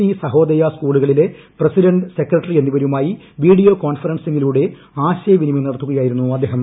E Sahodaya സ്കൂളുകളിലെ president secretary എന്നിവരുമായി video കോൺഫറൻസിലൂടെ ആശയ വിനിമയം നടത്തുകയായിരുന്നു അദ്ദേഹം